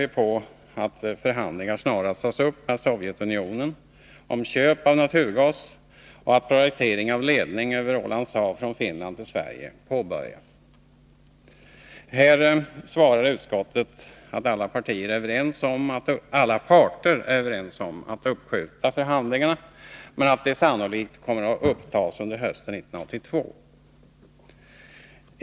Vi yrkar att förhandlingar snarast tas upp med Sovjetunionen om köp av naturgas och att projektering av en ledning över Ålands hav från Finland till Sverige påbörjas. Utskottet svarar att alla parter är överens om att uppskjuta förhandlingarna, men att dessa sannolikt kommer att upptas under hösten 1982.